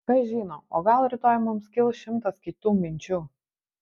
kas žino o gal rytoj mums kils šimtas kitų minčių